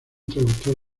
traductor